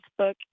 facebook